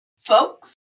folks